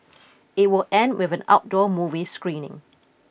it will end with an outdoor movie screening